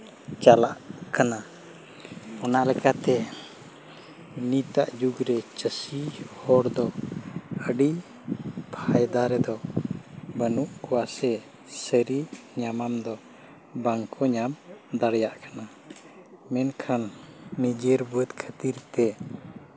ᱪᱟᱞᱟᱜ ᱠᱟᱱᱟ ᱚᱱᱟ ᱞᱮᱠᱟᱛᱮ ᱱᱤᱛ ᱟᱜ ᱡᱩᱜᱽ ᱨᱮ ᱪᱟᱹᱥᱤ ᱦᱚᱲ ᱫᱚ ᱟᱹᱰᱤ ᱯᱷᱟᱭᱫᱟ ᱨᱮᱫᱚ ᱵᱟᱹᱱᱩᱜ ᱠᱚᱣᱟ ᱥᱮ ᱥᱟᱹᱨᱤ ᱧᱟᱢᱟᱢ ᱫᱚ ᱵᱟᱝ ᱠᱚ ᱧᱟᱢ ᱫᱟᱲᱮᱭᱟᱜ ᱠᱟᱱᱟ ᱢᱮᱱᱠᱷᱟᱱ ᱱᱤᱡᱮᱨ ᱵᱟᱹᱫᱽ ᱠᱷᱟᱹᱛᱤᱨ ᱛᱮ